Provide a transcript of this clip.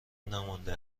نمانده